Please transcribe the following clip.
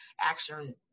action